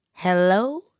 Hello